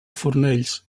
fornells